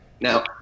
Now